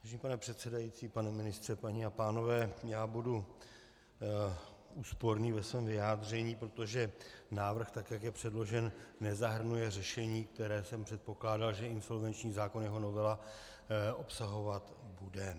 Vážený pane předsedající, pane ministře, paní a pánové, já budu úsporný ve svém vyjádření, protože návrh, tak jak je předložen, nezahrnuje řešení, které jsem předpokládal, že insolvenční zákon a jeho novela obsahovat bude.